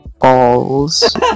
balls